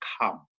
come